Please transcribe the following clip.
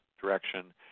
direction